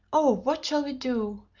oh, what shall we do?